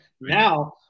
Now